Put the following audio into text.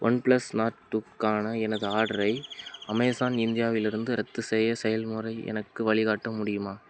OnePlus Nord டூக்கான எனது ஆர்டரை அமேசான் இந்தியாவிலிருந்து ரத்து செய்ய செயல்முறை எனக்கு வழிகாட்ட முடியுமா